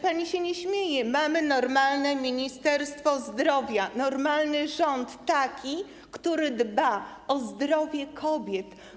Pani się nie śmieje, mamy normalne Ministerstwo Zdrowia, normalny rząd, taki, który dba o zdrowie kobiet.